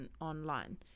online